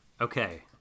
Okay